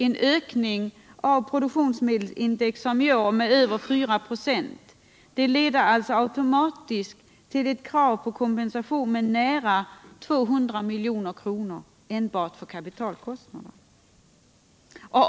En ökning av produktionsmedelindex såsom för innevarande år med över 4 96 leder alltså automatiskt till ett krav på kompensation med nära 200 milj.kr. enbart för kapitalkostnader.